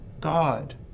God